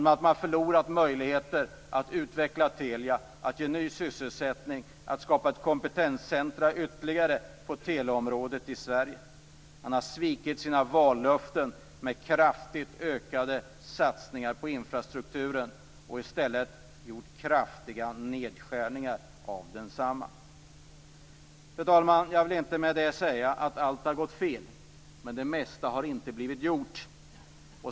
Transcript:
Man har förlorat möjligheter att utveckla Telia och ge ny sysselsättning och att skapa ytterligare ett kompetenscentrum på teleområdet i Sverige. Man har svikit sina vallöften om kraftigt ökade satsningar på infrasstrukturen och i stället gjort kraftiga nedskärningar av densamma. Fru talman! Jag vill inte med detta säga att allt har gått fel, men det mesta har inte blivit gjort.